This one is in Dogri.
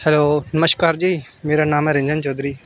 हैलो नमस्कार जी मेरा नाम ऐ रंजन चौधरी